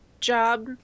job